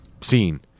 seen